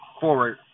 forward